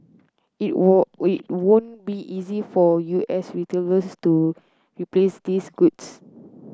it it won't be easy for U S retailers to replace these goods